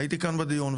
הייתי כאן בדיון,